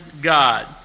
God